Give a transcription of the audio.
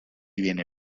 viene